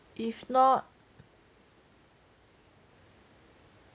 if not